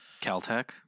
Caltech